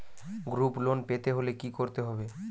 Group loan পেতে হলে কি করতে হবে?